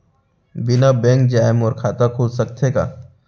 बिना बैंक जाए मोर खाता खुल सकथे का?